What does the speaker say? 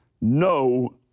No